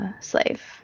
slave